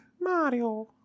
Mario